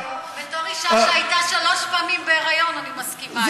בתור אישה שהייתה שלוש פעמים בהיריון אני מסכימה איתך.